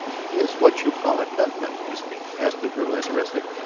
he is what you call a gunman, isn't he? asked the girl, interested.